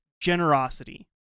generosity